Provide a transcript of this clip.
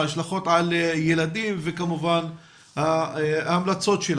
ההשלכות על ילדים וכמובן המלצותייך.